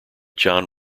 john